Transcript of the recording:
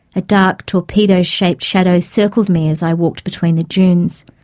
a dark torpedo shaped shadow circled me as i walked between the dunes.